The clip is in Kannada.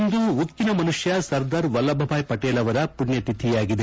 ಇಂದು ಉಕ್ಕಿನ ಮನುಷ್ಯ ಸರ್ದಾರ್ ವಲ್ಲಭಬಾಯ್ ಪಟೇಲ್ ಅವರ ಪುಣ್ಯತಿಥಿಯಾಗಿದೆ